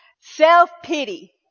Self-pity